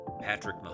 Patrick